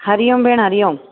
हरिओम भेण हरिओम